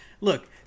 look